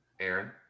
Aaron